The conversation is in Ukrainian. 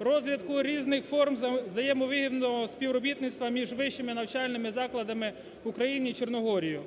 розвитку різних форм взаємовигідного співробітництва між вищими навчальними закладами України та Чорногорії,